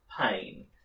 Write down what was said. pain